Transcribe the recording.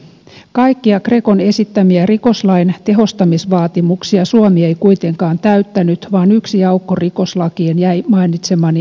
kaikkia grecon esittämiä rikoslain tehostamisvaatimuksia suomi ei kuitenkaan täyttänyt vaan yksi aukko rikoslakiin jäi mainitsemani eduskuntakäsittelyn jälkeen